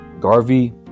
Garvey